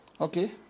Okay